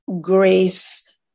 grace